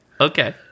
Okay